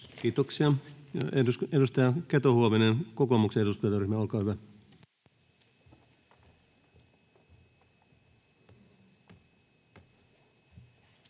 Kiitoksia. — Edustaja Keto-Huovinen, kokoomuksen eduskuntaryhmä, olkaa hyvä.